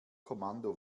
kommando